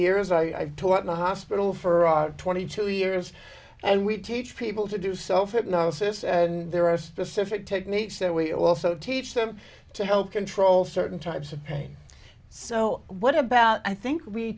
years i've taught in a hospital for twenty two years and we teach people to do self hypnosis and there are specific techniques that we also teach them to help control certain types of pain so what about i think we